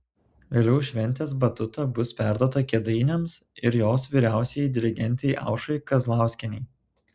vėliau šventės batuta bus perduota kėdainiams ir jos vyriausiajai dirigentei aušrai kazlauskienei